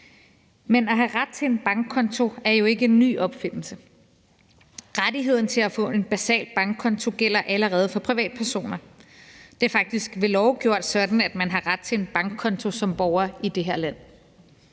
Men at have ret til en bankkonto er jo ikke en ny opfindelse. Rettigheden til at få en basal bankkonto gælder allerede for privatpersoner. Det er faktisk ved lov gjort sådan, at man har ret til en bankkonto som borger i det her land.